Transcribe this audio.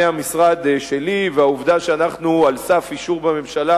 מהמשרד שלי והעובדה שאנחנו על סף אישור בממשלה